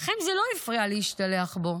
לכם זה לא הפריע להשתלח בו,